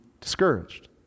discouraged